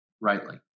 rightly